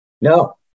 No